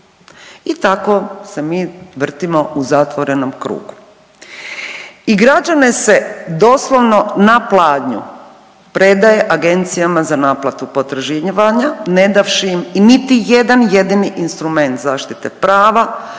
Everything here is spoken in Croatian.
I tako se mi vrtimo u zatvorenom krugu. I gađane se doslovno na pladnju predaje agencijama za naplatu potraživanja nedavši im niti jedan jedini instrument zaštite prava,